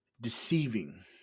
deceiving